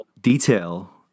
detail